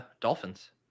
dolphins